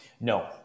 No